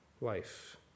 life